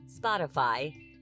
Spotify